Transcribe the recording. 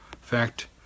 fact